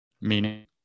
Meaning